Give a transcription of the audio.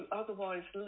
otherwise